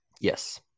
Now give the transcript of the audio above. Yes